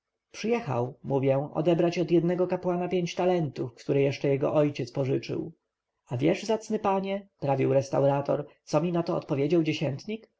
przyjechał mówię odebrać od jednego kapłana pięć talentów które jeszcze jego ojciec pożyczył a wiesz zacny panie prawił restaurator co mi na to odpowiedział dziesiętnik